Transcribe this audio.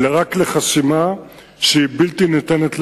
אלא רק לחסימה שהיא בלתי ניתנת למעבר.